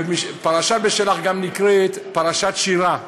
פרשת בשלח גם נקראת פרשת שירה,